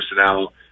personnel